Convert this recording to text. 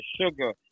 Sugar